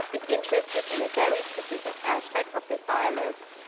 is interested in a very specific aspect of this dialogue.